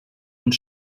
und